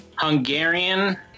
Hungarian